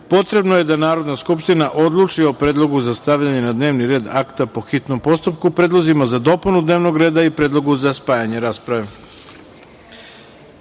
potrebno je da Narodna skupština odluči o predlogu za stavljanje na dnevni red akta po hitnom postupku, predlozima za dopunu dnevnog reda i predlogu za spajanje rasprave. Grupa